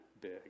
big